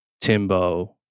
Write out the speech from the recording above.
Timbo